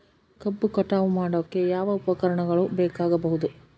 ಕಬ್ಬು ಕಟಾವು ಮಾಡೋಕೆ ಯಾವ ಉಪಕರಣ ಬೇಕಾಗಬಹುದು?